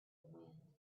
wind